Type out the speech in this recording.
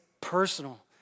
personal